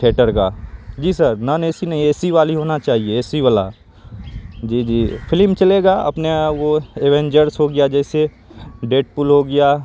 theatre کا جی sir non A C نہیں اے سی والی ہونا چاہیے اے سی والا جی جی فلم چلے گا اپنا وہ ایونجرس ہو گیا جیسے ڈیڈ پل ہو گیا